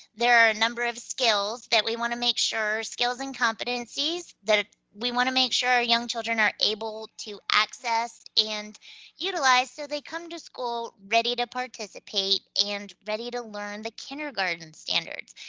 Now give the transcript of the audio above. there are a number of skills that we wanna make sure, skills and competencies that ah we wanna make sure young children are able to access and utilize so they come to school ready to participate, and ready to learn the kindergarten standards.